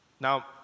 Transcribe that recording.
now